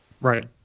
Right